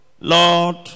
lord